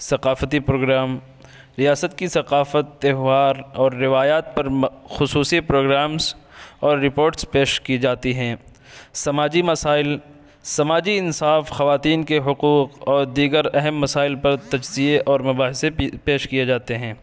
ثقافتی پروگرام ریاست کی ثقافت تیوہار اور روایات پر خصوصی پروگرامس اور رپورٹس پیش کی جاتی ہیں سماجی مسائل سماجی انصاف خواتین کے حقوق اور دیگر اہم مسائل پر تجزیے اور مباحثے پی پیش کیے جاتے ہیں